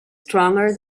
stronger